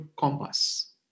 compass